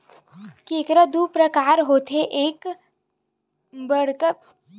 केंकरा दू परकार होथे एक पंडरा पिंवरा रंग के अउ दूसरइया करिया रंग के रहिथे